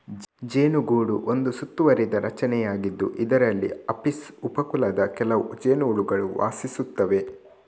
ಜೇನುಗೂಡು ಒಂದು ಸುತ್ತುವರಿದ ರಚನೆಯಾಗಿದ್ದು, ಇದರಲ್ಲಿ ಅಪಿಸ್ ಉಪ ಕುಲದ ಕೆಲವು ಜೇನುಹುಳುಗಳು ವಾಸಿಸುತ್ತವೆ